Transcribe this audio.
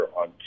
on